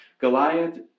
Goliath